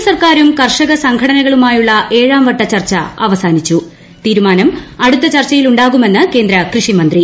കേന്ദ്രസർക്കാരും കൃർഷക സംഘടനകളുമായുള്ള ന് ഏഴാം വട്ട ചർച്ച് ശ്ർവസാനിച്ചു തീരുമാനം അടുത്ത ചർച്ചയിലുണ്ടാകുമെന്ന് കേന്ദ്ര കൃഷി മന്ത്രി